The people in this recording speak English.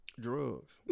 Drugs